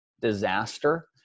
disaster